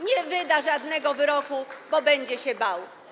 Nie wyda żadnego wyroku, bo będzie się bał.